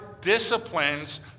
disciplines